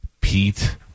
Pete